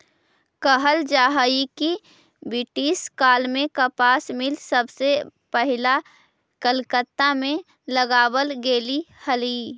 कहल जा हई कि ब्रिटिश काल में कपास मिल सबसे पहिला कलकत्ता में लगावल गेले हलई